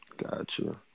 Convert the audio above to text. Gotcha